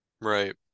right